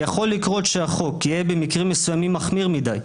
יכול לקרות שהחוק יהיה במקרים מסוימים מחמיר מדי,